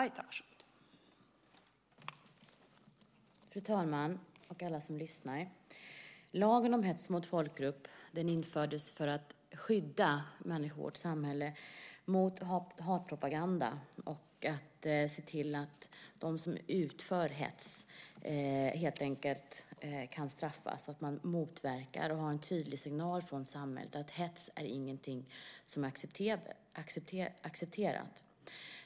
Fru talman och alla som lyssnar! Lagen om hets mot folkgrupp infördes för att skydda människor i vårt samhälle mot hatpropaganda och för att se till att de som utför hets kan straffas så att man motverkar hets och har en tydlig signal från samhället om att hets inte är något som är accepterat.